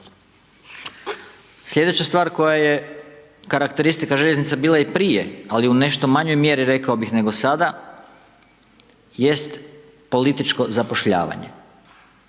Sljedeća stvar koja je karakteristika željeznica bila i prije, ali u nešto manjoj mjeri nego sada jest političko zapošljavanje.